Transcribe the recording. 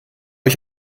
ich